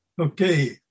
Okay